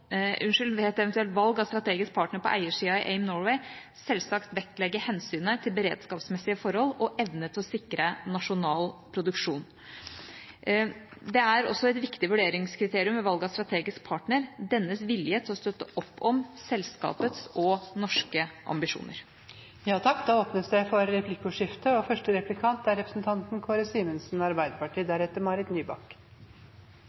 ved et eventuelt valg av strategisk partner på eiersiden i AIM Norway selvsagt vektlegge hensynet til beredskapsmessige forhold og evne til å sikre nasjonal produksjon. Det er også et viktig vurderingskriterium ved valg av strategisk partner, dennes vilje til å støtte opp om selskapets og norske ambisjoner. Det blir replikkordskifte. Erfaringene fra omstilling i form av virksomhetsovertakelse eller av selskapsform er at det ofte bidrar til usikkerhet. Om opparbeidede rettigheter og